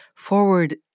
forward